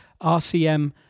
RCM